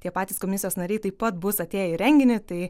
tie patys komisijos nariai taip pat bus atėję į renginį tai